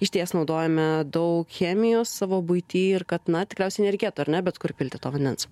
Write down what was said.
išties naudojame daug chemijos savo buity ir kad na tikriausiai nereikėtų ar ne bet kur pilti to vandens